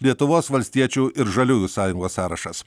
lietuvos valstiečių ir žaliųjų sąjungos sąrašas